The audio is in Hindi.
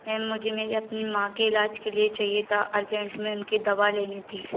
मैम मुझे मेरी अपनी माँ के इलाज के लिए चाहिए था अर्जेंट में उनकी दवा लेनी थी